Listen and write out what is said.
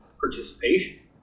participation